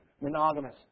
monogamous